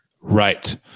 Right